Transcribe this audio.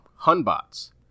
Hunbots